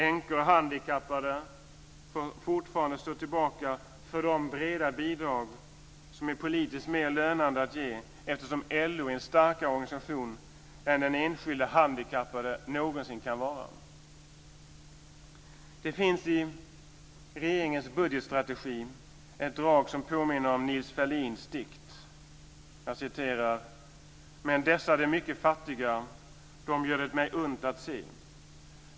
Änkor och handikappade får fortfarande stå tillbaka för de breda bidrag som är politiskt mer lönande att ge eftersom LO är en starkare organisation än den enskilde handikappade någonsin kan vara. Det finns i regeringens budgetstrategi ett drag som påminner om Nils Ferlins dikt: "Men dessa de mycket fattiga dem gör det mig ont att se.